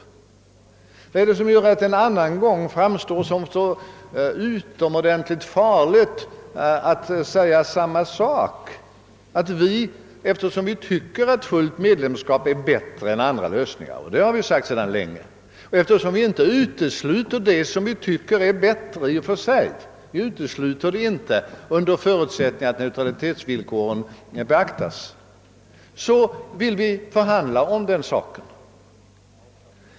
Vad är det som gör att det en annan gång framstår som så utomordentligt farligt att säga samma sak, nämligen att Sverige — eftersom vi tycker att fullt medlemskap är bättre än andra lösningar under förutsättning att neutralitetsvillkoren beaktas — vill förhandla om den saken.